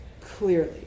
clearly